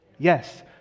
Yes